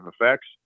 effects